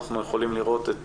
אנחנו יכולים לראות את